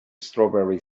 strawberry